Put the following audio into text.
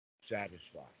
satisfied